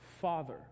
father